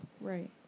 right